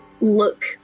look